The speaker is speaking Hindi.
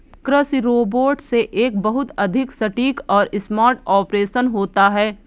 कृषि रोबोट से एक बहुत अधिक सटीक और स्मार्ट ऑपरेशन होता है